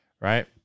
right